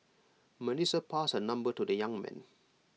Melissa passed her number to the young man